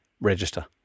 register